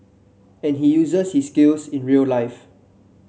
and he uses his skills in real life